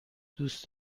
دوست